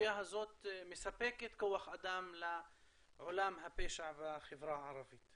האוכלוסייה הזאת מספקת כוח אדם לעולם הפשע בחברה הערבית.